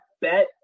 bet